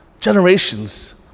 generations